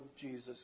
Jesus